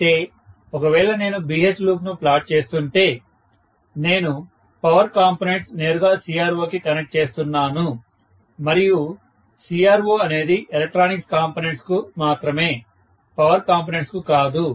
అయితే ఒకవేళ నేను BH లూప్ను ప్లాట్ చేస్తుంటే నేను పవర్ కాంపొనెంట్స్ నేరుగా CRO కి కనెక్ట్ చేస్తున్నాను మరియు CRO అనేది ఎలక్ట్రానిక్స్ కాంపొనెంట్స్ కు మాత్రమే పవర్ కాంపొనెంట్స్ కు కాదు